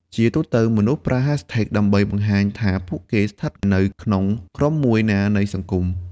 ជាទូទៅ មនុស្សប្រើ hashtags ដើម្បីបង្ហាញថាពួកគេស្ថិតនៅក្នុងក្រុមមួយណានៃសង្គម។